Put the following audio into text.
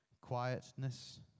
quietness